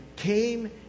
came